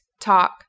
talk